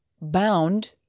bound